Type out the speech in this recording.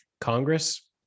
Congress